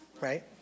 Right